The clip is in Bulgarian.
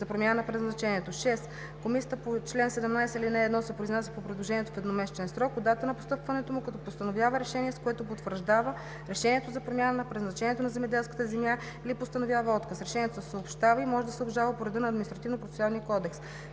за промяна на предназначението. (6) Комисията по чл. 17, ал. 1 се произнася по предложението в едномесечен срок от датата на постъпването му, като постановява решение, с което потвърждава решението за промяна на предназначението на земеделската земя или постановява отказ. Решението се съобщава и може да се обжалва по реда на Административнопроцесуалния кодекс.